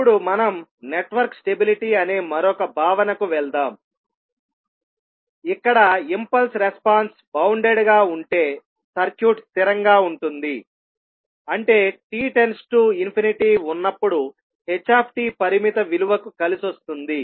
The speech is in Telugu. ఇప్పుడు మనం నెట్వర్క్ స్టెబిలిటీ అనే మరొక భావనకు వెళ్దాంఇక్కడ ఇంపల్స్ రెస్పాన్స్ బౌండెడ్ గా ఉంటే సర్క్యూట్ స్థిరంగా ఉంటుంది అంటే t→∞ ఉన్నప్పుడు h పరిమిత విలువకు కలుస్తుంది